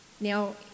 Now